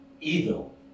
evil